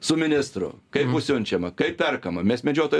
su ministru kaip bus siunčiama kaip perkama mes medžiotojai